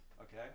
okay